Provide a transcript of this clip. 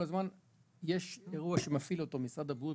יש אירוע שמפעיל משרד הבריאות,